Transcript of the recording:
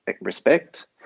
respect